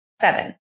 Seven